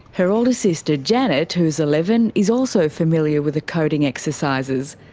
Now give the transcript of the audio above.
her older sister janet, who's eleven, is also familiar with the coding exercises.